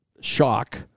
shock